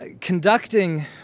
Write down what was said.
Conducting